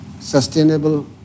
sustainable